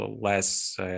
less